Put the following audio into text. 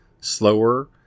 slower